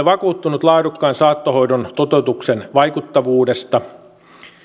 vakuuttunut laadukkaan saattohoidon toteutuksen vaikuttavuudesta